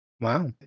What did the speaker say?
wow